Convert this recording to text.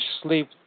sleep